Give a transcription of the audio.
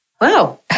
Wow